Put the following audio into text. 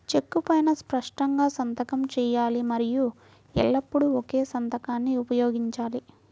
చెక్కు పైనా స్పష్టంగా సంతకం చేయాలి మరియు ఎల్లప్పుడూ ఒకే సంతకాన్ని ఉపయోగించాలి